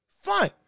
Fine